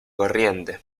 corriente